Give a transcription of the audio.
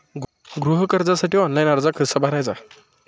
गृह कर्जासाठी ऑनलाइन अर्ज कसा भरायचा?